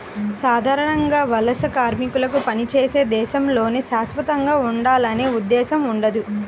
సాధారణంగా వలస కార్మికులకు పనిచేసే దేశంలోనే శాశ్వతంగా ఉండాలనే ఉద్దేశ్యం ఉండదు